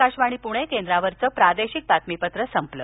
आकाशवाणी प्णे केंद्रावरचं प्रादेशिक बातमीपत्र संपलं